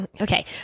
okay